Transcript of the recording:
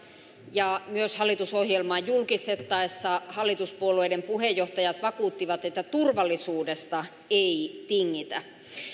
ja myös hallitusohjelmaa julkistettaessa hallituspuolueiden puheenjohtajat vakuuttivat että turvallisuudesta ei tingitä